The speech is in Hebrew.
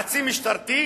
חצי משטרתי,